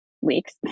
weeks